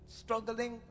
struggling